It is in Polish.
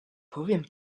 powiem